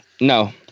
No